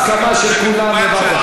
הסכמה של כולם לוועדת הכלכלה.